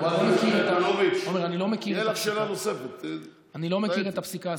חברת הכנסת ינקלביץ' עומר, אני לא מכיר את הפסיקה.